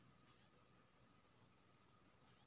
RTG S की है छै?